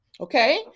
okay